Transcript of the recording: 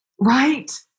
Right